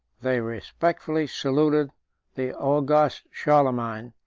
they respectfully saluted the august charlemagne,